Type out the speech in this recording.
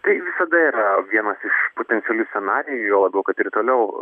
tai visada yra vienas iš potencialių scenarijų juo labiau kad ir toliau